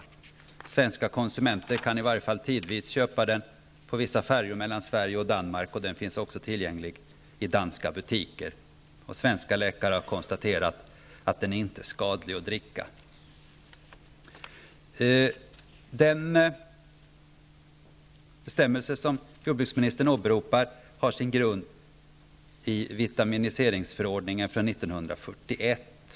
Den svenska konsumenten kan i varje fall tidvis köpa den på vissa färjor mellan Sverige och Danmark, och den finns tillgänglig i danska butiker. Svenska läkare har konstaterat att den inte är skadlig att dricka. Den bestämmelse som jordbruksministern åberopar har sin grund i vitaminiseringsförordningen från 1941.